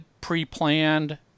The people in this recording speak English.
pre-planned